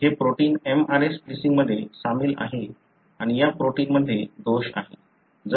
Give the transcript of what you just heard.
तर हे protein mRNA स्प्लिसिन्गमध्ये सामील आहे आणि या प्रोटीनमध्ये दोष आहे